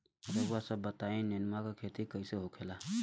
रउआ सभ बताई नेनुआ क खेती कईसे होखेला?